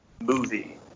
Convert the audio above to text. movie